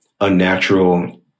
unnatural